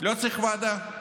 לא צריך ועדה,